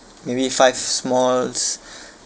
maybe five smalls